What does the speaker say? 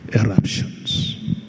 eruptions